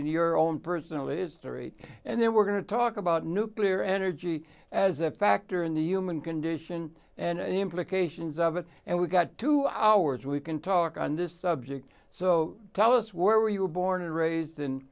n your own personal history and then we're going to talk about nuclear energy as a factor in the human condition and the implications of it and we've got two hours we can talk on this subject so tell us where you were born and raised in